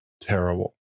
terrible